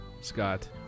Scott